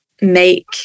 make